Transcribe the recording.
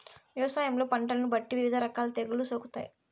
వ్యవసాయంలో పంటలను బట్టి వివిధ రకాల తెగుళ్ళు సోకుతాయి